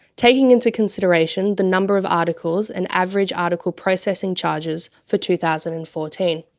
taking into consideration the number of articles and average article processing charges for two thousand and fourteen.